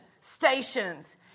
stations